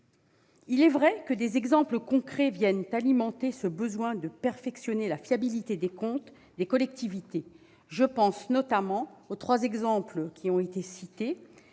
Il est vrai que des exemples concrets viennent alimenter la thèse d'un besoin de perfectionner la fiabilité des comptes des collectivités. Je pense notamment aux trois cas de « doutes